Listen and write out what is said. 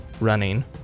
running